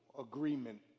agreement